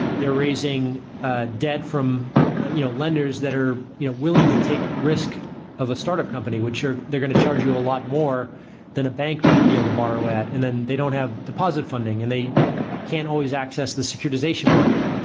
they're raising debt from you know lenders that are you know willing to take risk of a startup company, which they're going to charge you a lot more than a bank might be able to borrow at, and then they don't have deposit funding and they can't always access the securitization market.